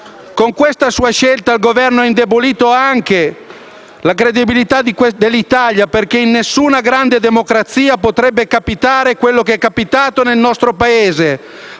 Con questa sua scelta, il Governo ha indebolito anche la credibilità dell'Italia, perché in nessuna grande democrazia potrebbe capitare ciò che è capitato nel nostro Paese,